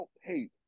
hey